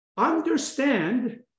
Understand